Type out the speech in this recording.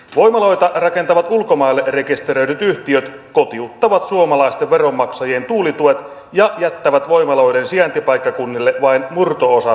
voimaloita rakentavat ulkomaille rekisteröidyt yhtiöt kotiuttavat suomalaisten veronmaksajien tuulituet ja jättävät voimaloiden sijaintipaikkakunnille vain murto osan tuotosta